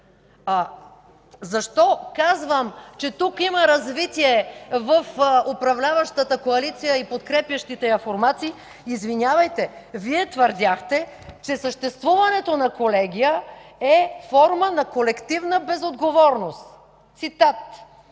Защо казвам, че тук има развитие в управляващата коалиция и подкрепящите я формации? Извинявайте, Вие твърдяхте, че „съществуването на колегия е форма на колективна безотговорност” – цитат